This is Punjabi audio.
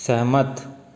ਸਹਿਮਤ